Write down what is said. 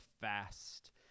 fast